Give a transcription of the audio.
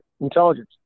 intelligence